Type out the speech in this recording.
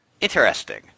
Interesting